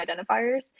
identifiers